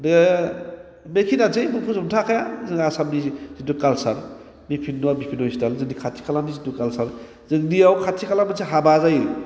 दा बेखिनियानोसै फोजोबनोथ हाखाया जों आसामनि जिथु काल्सार बिभिन्न बिभिन्न स्टाइल जिथु खाथि खालानि जिथु काल्सार जोंनियाव खाथि खाला मोनसे हाबा जायो